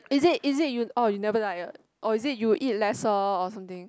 is it is it you oh you never diet or is it you eat lesser or something